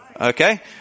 okay